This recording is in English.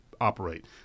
operate